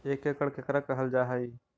एक एकड़ केकरा कहल जा हइ?